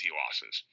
losses